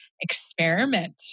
experiment